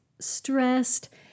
stressed